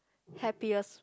happiest